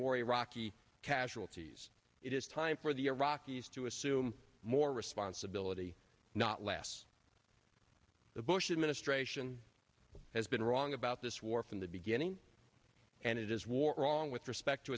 more iraqi casualties it is time for the iraqis to assume more responsibility not less the bush administration has been wrong about this war from the beginning and it is war wrong with respect to